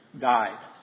Died